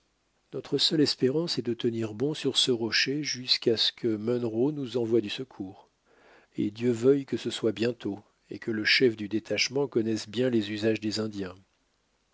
notre seule espérance est de tenir bon sur ce rocher jusqu'à ce que munro nous envoie du secours et dieu veuille que ce soit bientôt et que le chef du détachement connaisse bien les usages des indiens